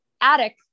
attic